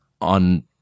on